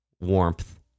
warmth